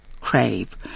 crave